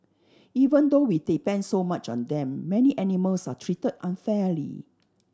even though we depend so much on them many animals are treated unfairly